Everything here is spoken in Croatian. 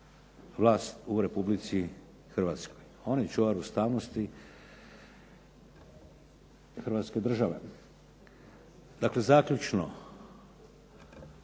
vlast u Republici Hrvatskoj. On je čuvar Ustavnosti Hrvatske države. Dakle, zaključno.